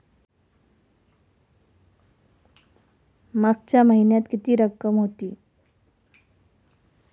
मागच्या महिन्यात किती रक्कम होती?